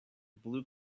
blue